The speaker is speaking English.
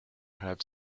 have